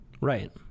Right